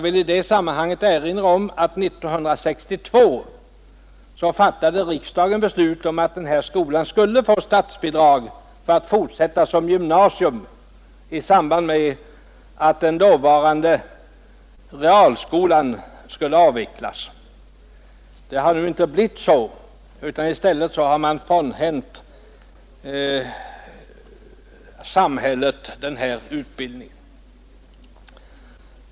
I detta sammanhang vill jag erinra om att riksdagen 1962 fattade beslut om att denna skola skulle få statsbidrag för att fortsätta som gymnasium i samband med att den dåvarande realskolan skulle avvecklas. Det har nu inte blivit så, utan i stället har man frånhänt samhället den här utbildningen.